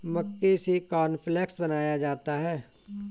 मक्के से कॉर्नफ़्लेक्स बनाया जाता है